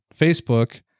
Facebook